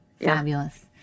Fabulous